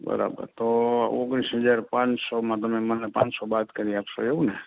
બરાબર તો ઓગણીસ હજાર પાંચસોમાં તમે મને પાંચસો બાદ કરી આપશો એવું ને